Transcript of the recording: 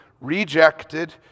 rejected